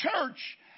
church